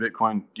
Bitcoin